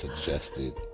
suggested